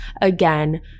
again